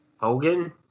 Hogan